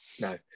no